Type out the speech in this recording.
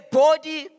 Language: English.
body